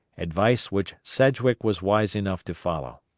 advice which sedgwick was wise enough to follow.